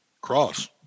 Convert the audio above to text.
Cross